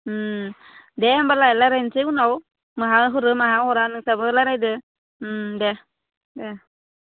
ओम दे होमबालाय रायलायनोसै उनाव माहा हरो माहा हरा नोंस्राबो रायलायदो ओम दे दे